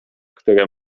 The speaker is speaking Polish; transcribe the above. które